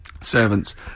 servants